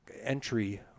entry